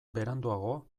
beranduago